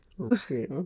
Okay